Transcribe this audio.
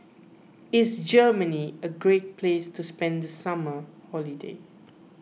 is Germany a great place to spend the summer holiday